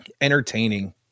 entertaining